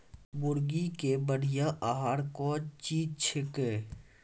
मुर्गी के बढ़िया आहार कौन चीज छै के?